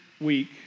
week